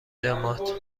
جماعت